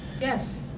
Yes